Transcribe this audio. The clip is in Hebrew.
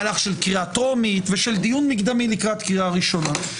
מהלך של קריאה טרומית ושל דיון מקדמי לקראת קריאה ראשונה.